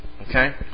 okay